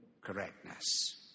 correctness